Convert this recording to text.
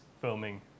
filming